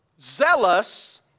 zealous